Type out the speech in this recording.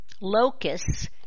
Locusts